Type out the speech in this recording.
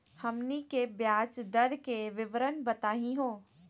हमनी के ब्याज दर के विवरण बताही हो?